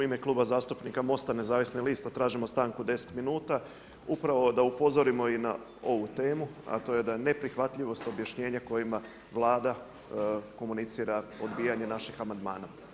U ime Kluba zastupnika MOST-a nezavisnih lista tražimo stanku od 10 minuta upravo da upozorimo i na ovu temu, a to je da je neprihvatljivost objašnjenja kojima Vlada komunicira odbijanje naših amandmana.